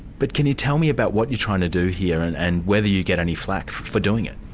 but can you tell me about what you're trying to do here, and and whether you get any flak for doing it?